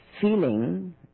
feeling